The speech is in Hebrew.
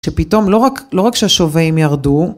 שפתאום לא רק, לא רק ש"השווואים" ירדו.